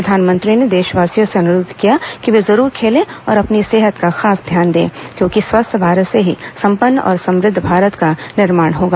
प्रधानमंत्री ने देशवासियों से अनुरोध किया है कि वे ज़रूर खेलें और अपनी सेहत पर खास ध्यान दें क्योंकि स्वस्थ भारत से ही सम्पन्न और समुद्ध भारत का निर्माण होगा